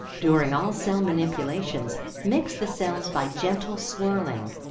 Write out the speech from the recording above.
during all sell manipulations mix the cells by gentle swirling.